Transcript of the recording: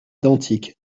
identiques